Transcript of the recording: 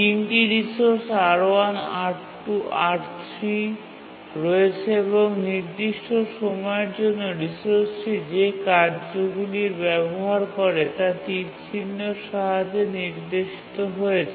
৩ টি resource R1 R2 এবং R3 রয়েছে এবং নির্দিষ্ট সময়ের জন্য রিসোর্সটি যে কার্যগুলি ব্যবহার করে তা তীরচিহ্নের সাহায্যে নির্দেশিত হয়েছে